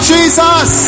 Jesus